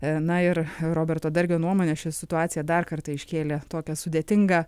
na ir roberto dargio nuomone šią situaciją dar kartą iškėlė tokią sudėtingą